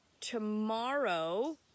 tomorrow